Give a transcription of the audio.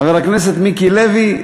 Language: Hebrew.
חבר הכנסת מיקי לוי,